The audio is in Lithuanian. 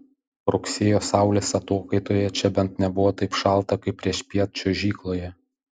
rugsėjo saulės atokaitoje čia bent nebuvo taip šalta kaip priešpiet čiuožykloje